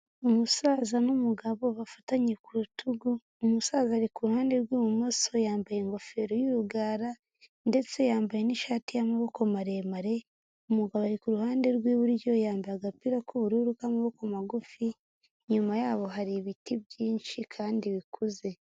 Umusaza n'umugabo bafatanye ku rutugu, umusaza ari ku ruhande rw'ibumoso yambaye ingofero y'urugara ndetse yambaye n'ishati y'amaboko maremare, umugabo ari ku ruhande rw'iburyo yambaye agapira k'ubururu k'amaboko magufi, inyuma ya hari ibiti byinshi kandi bikuze.